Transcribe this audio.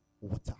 Water